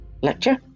lecture